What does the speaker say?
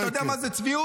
אתה יודע מה זה צביעות?